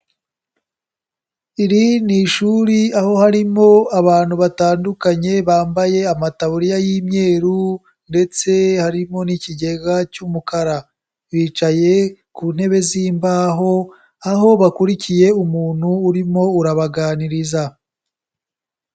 Iri ni ishuri aho harimo abantu batandukanye bambaye amataburiya y'imyeru ndetse harimo n'ikigega cy'umukara. Bicaye ku ntebe z'imbaho, aho bakurikiye umuntu urimo urabaganiriza.